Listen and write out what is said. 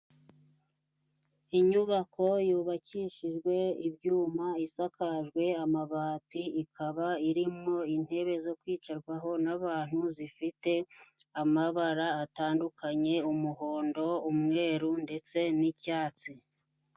Inyubako yubakishijwe ibyuma, isakajwe amabati, ikaba irimo intebe zo kwicarwaho n'abantu, zifite amabara atandukanye umuhondo, umweru ndetse n'icyatsi.